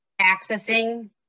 accessing